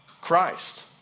Christ